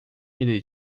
ele